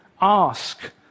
ask